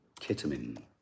ketamine